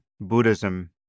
Buddhism